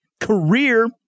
career